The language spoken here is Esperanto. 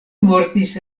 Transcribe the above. mortis